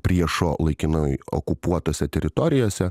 priešo laikinai okupuotose teritorijose